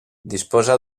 disposa